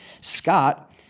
Scott